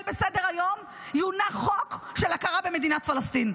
בסדר-היום יונח חוק של הכרה במדינת פלסטין.